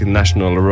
national